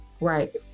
Right